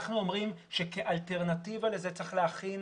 אנחנו אומרים שכאלטרנטיבה לזה צריך להכין